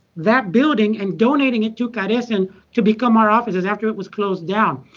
that building and donating it to caresen to become our offices after it was closed down.